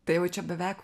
tai jaučia beveik